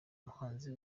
umuhanzi